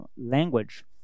language